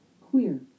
queer